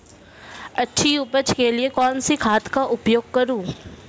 अच्छी उपज के लिए कौनसी खाद का उपयोग करूं?